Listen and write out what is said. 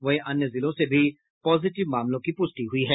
वहीं अन्य जिलों से भी पॉजिटिव मामलों की प्रष्टि हुई है